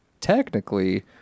technically